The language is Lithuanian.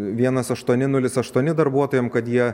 vienas aštuoni nulis aštuoni darbuotojam kad jie